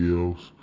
else